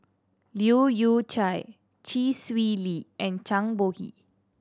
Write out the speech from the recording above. Leu Yew Chye Chee Swee Lee and Zhang Bohe